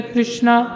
Krishna